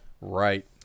Right